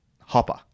Hopper